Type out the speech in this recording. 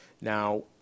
Now